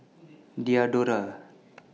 Diadora